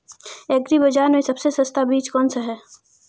Agree बाज़ार में सबसे सस्ता बीज कौनसा है?